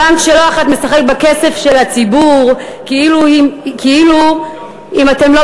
בנק שלא אחת משחק בכסף של הציבור כאילו אם אתם לא